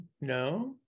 no